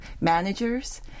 managers